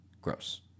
Gross